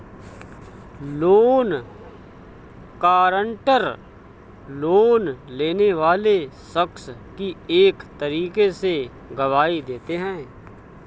loan guarantor, loan लेने वाले शख्स की एक तरीके से गवाही देते हैं